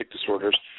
disorders